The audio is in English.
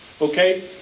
okay